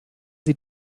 sie